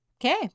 Okay